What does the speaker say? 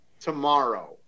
tomorrow